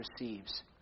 receives